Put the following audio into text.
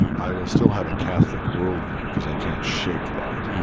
and i will still have a catholic world view because i can't shake that.